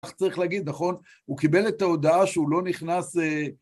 צריך להגיד, נכון, הוא קיבל את ההודעה שהוא לא נכנס...